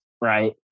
right